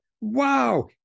Wow